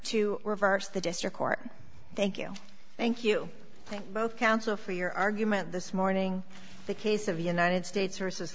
to reverse the district court thank you thank you thank both council for your argument this morning the case of united states versus